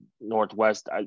Northwest –